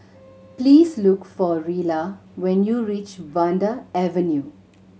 please look for Rilla when you reach Vanda Avenue